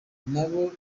nabo